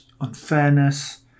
unfairness